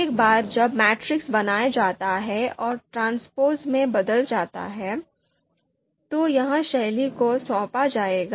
एक बार जब मैट्रिक्स बनाया जाता है और ट्रांसपोज़ में बदल जाता है तो यह शैली को सौंपा जाएगा